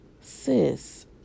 Sis